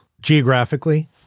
geographically